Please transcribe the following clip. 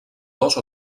dos